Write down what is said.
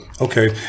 Okay